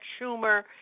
Schumer